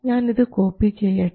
ഞാൻ ഇത് കോപ്പി ചെയ്യട്ടെ